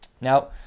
Now